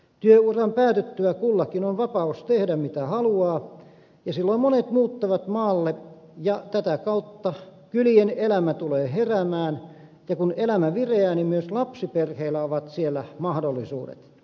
työuran päätyttyä kullakin on vapaus tehdä mitä haluaa ja silloin monet muuttavat maalle ja tätä kautta kylien elämä tulee heräämään ja kun elämä viriää niin myös lapsiperheillä on siellä mahdollisuudet